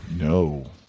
No